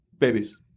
babies